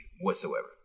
whatsoever